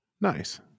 Nice